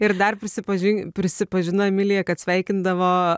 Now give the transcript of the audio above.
ir dar prisipažin prisipažino emilija kad sveikindavo